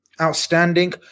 outstanding